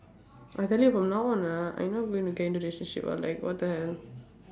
I tell you from now on ah I not going to get into relationship ah like what the hell